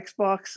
Xbox